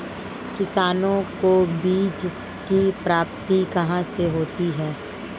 किसानों को बीज की प्राप्ति कहाँ से होती है?